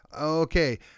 Okay